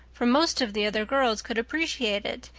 for most of the other girls could appreciate it,